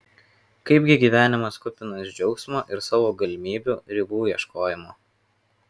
kaipgi gyvenimas kupinas džiaugsmo ir savo galimybių ribų ieškojimo